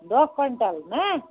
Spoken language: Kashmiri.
دَہ کۅینٛٹل نا